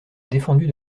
défendu